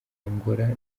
angola